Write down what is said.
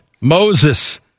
Moses